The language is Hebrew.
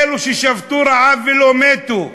אלה ששבתו רעב ולא מתו,